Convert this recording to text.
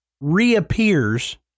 reappears